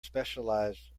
specialized